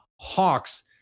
Hawks